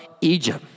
Egypt